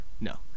No